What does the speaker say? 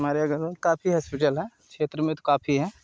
हमारे अग़ल बग़ल काफ़ी हॉस्पिटल हैं क्षेत्र में तो काफ़ी हैं